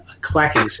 clacking